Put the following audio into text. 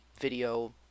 video